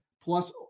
plus